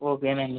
ఓకేనండి